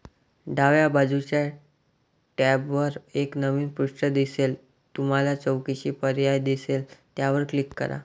डाव्या बाजूच्या टॅबवर एक नवीन पृष्ठ दिसेल तुम्हाला चौकशी पर्याय दिसेल त्यावर क्लिक करा